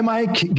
Mike